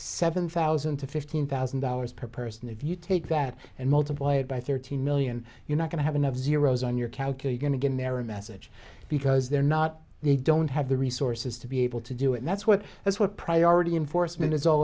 seven thousand to fifteen thousand dollars per person if you take that and multiply it by thirteen million you're not going to have enough zeros on your kalki going to get an error message because they're not they don't have the resources to be able to do and that's what that's what priority enforcement is all